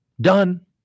done